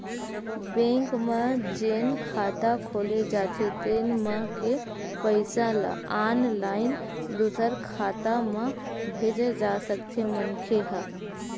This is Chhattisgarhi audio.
बेंक म जेन खाता खोले जाथे तेन म के पइसा ल ऑनलाईन दूसर खाता म भेजे जा सकथे मनखे ह